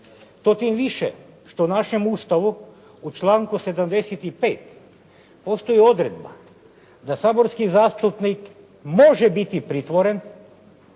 To tim više što u našem Ustavu u članku 75. postoji odredba da saborski zastupnik može biti pritvoren